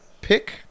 pick